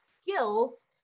skills